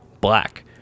Black